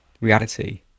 reality